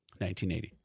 1980